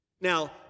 Now